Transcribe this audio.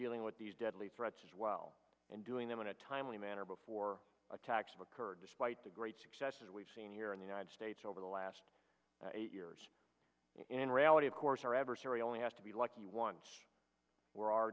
dealing with these deadly threats as well and doing them in a timely manner before attacks occur despite the great successes we've seen here in the united states over the last eight years in reality of course our adversary only has to be lucky once where our